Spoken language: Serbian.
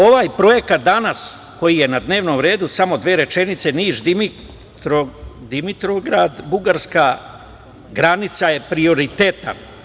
Ovaj projekat danas koji je na dnevnom redu, samo dve rečenice, Niš – Dimitrovgrad - Bugarska (granica) je prioritetan.